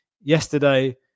yesterday